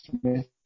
Smith